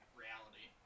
reality